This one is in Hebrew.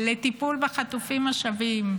לטיפול בחטופים השבים,